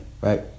right